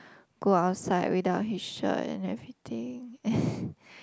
go outside without his shirt and everything